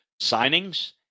signings